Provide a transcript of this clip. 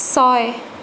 ছয়